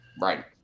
Right